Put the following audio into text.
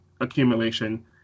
accumulation